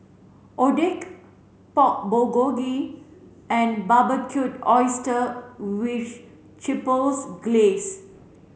Oden Pork Bulgogi and Barbecued Oysters with Chipotle Glaze